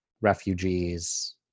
refugees